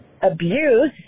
abuse